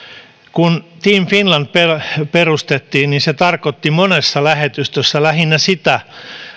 kun team finland perustettiin se tarkoitti monessa lähetystössä lähinnä sitä